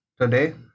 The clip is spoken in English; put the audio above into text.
today